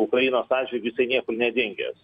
ukrainos atžvilgiu jisai niekur nedingęs